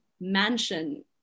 mansion